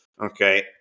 okay